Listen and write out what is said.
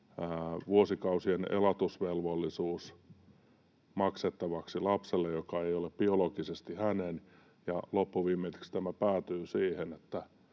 vuosikausien elatusvelvollisuus maksettavaksi lapselle, joka ei ole biologisesti oma, ja loppuviimeksi tämä päätyy siihen,